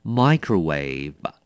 microwave